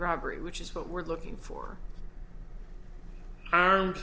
robbery which is what we're looking for